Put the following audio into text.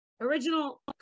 original